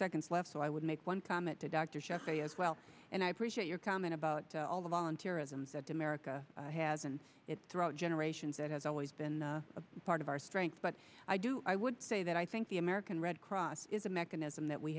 seconds left so i would make one comment to dr shah as well and i appreciate your comment about all the volunteer as an america has and its throw generations that has always been a part of our strength but i do i would say that i think the american red cross is a mechanism that we